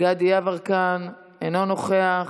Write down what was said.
גדי יברקן, אינו נוכח.